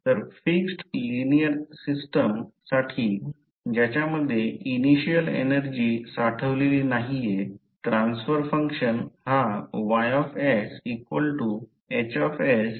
तर fixed linear system साठी ज्याच्यामध्ये इनिशियल एनर्जी साठवलेली नाहीये ट्रान्सफर फंक्शन हा Y H